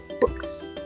books